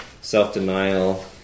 self-denial